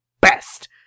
best